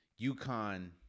UConn